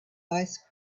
ice